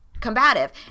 combative